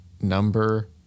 number